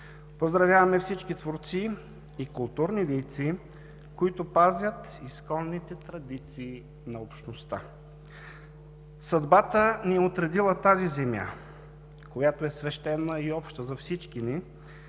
Поздравяваме всички творци и културни дейци, които пазят изконните традиции на общността! Съдбата ни е отредила тази земя, която е свещена и обща за всички ни,